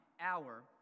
hour